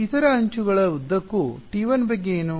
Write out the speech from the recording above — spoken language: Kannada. ಇತರ ಅಂಚುಗಳ ಉದ್ದಕ್ಕೂ T1 ಬಗ್ಗೆ ಏನು